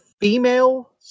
Female